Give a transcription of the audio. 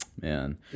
Man